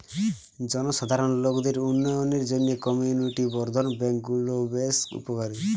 জনসাধারণ লোকদের উন্নয়নের জন্যে কমিউনিটি বর্ধন ব্যাংক গুলো বেশ উপকারী